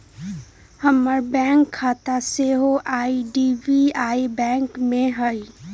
हमर बैंक खता सेहो आई.डी.बी.आई बैंक में हइ